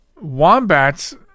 Wombats